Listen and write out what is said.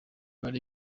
bari